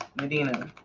Medina